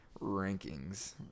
rankings